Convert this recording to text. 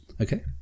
Okay